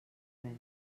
res